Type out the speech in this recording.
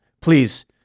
Please